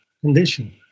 condition